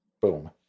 Boom